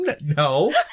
No